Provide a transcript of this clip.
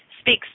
speaks